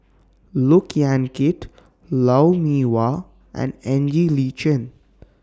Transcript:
Look Yan Kit Lou Mee Wah and Ng Li Chin